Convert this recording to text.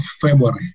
February